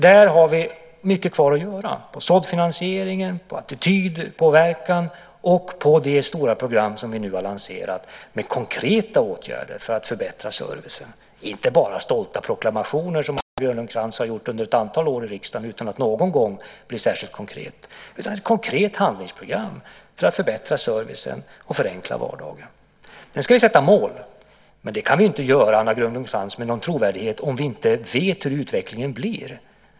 Där har vi mycket kvar att göra, i fråga om såddfinansieringen, attitydpåverkan och det stora program som vi nu har lanserat med konkreta åtgärder för att förbättra servicen - inte bara stolta proklamationer, som Anna Grönlund Krantz har gjort under ett antal år i riksdagen utan att någon gång bli särskilt konkret. Det handlar om ett konkret handlingsprogram för att förbättra servicen och förenkla vardagen. Sedan ska vi sätta upp mål. Men det kan vi inte göra med någon trovärdighet, Anna Grönlund Krantz, om vi inte vet hur utvecklingen blir.